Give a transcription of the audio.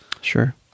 Sure